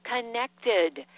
connected